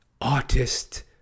artist